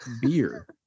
beer